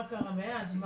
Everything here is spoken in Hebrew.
מה קרה מאז?